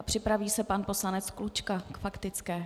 Připraví se pan poslanec Klučka k faktické.